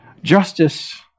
Justice